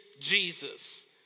Jesus